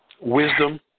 wisdom